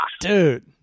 dude